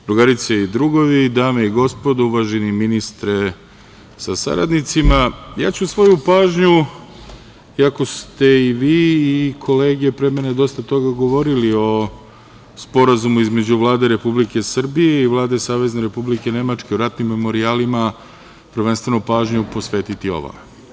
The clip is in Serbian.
Drugarice i drugovi, dame i gospodo, uvaženi ministre sa saradnicima, ja ću svoju pažnju, iako ste i vi i kolege pre mene dosta toga govorili o sporazumu između Vlade Republike Srbije i Vlade Savezne Republike Nemačke o ratnim memorijalima, prvenstveno pažnju posvetiti ovome.